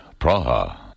Praha